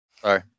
Sorry